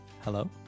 Hello